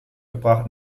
gebracht